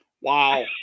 Wow